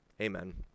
Amen